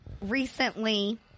recently